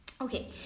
okay